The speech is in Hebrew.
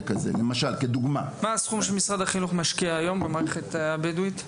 מה הסכום אותו משקיע משרד החינוך במערכת הבדואית כיום?